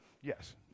Yes